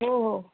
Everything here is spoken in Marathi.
हो हो